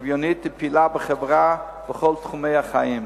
שוויונית ופעילה בחברה בכל תחומי החיים,